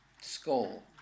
Skull